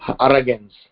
arrogance